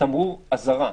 תמרור אזהרה.